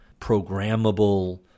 programmable